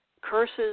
curses